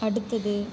அடுத்தது